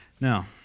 Now